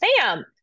Sam